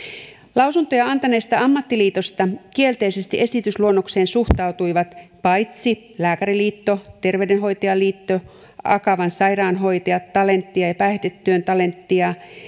lausuntoja antaneista ammattiliitoista kielteisesti esitysluonnokseen suhtautuivat paitsi lääkäriliitto terveydenhoitajaliitto akavan sairaanhoitajat talentia ja päihdetyön talentia